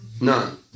None